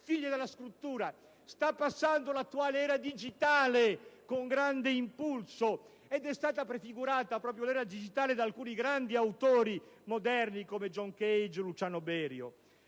figlie della scrittura, e sta passando l'attuale era digitale con grande impulso, e l'era digitale è stata prefigurata proprio da alcuni grandi autori moderni, come John Cage o Luciano Berio.